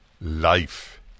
Life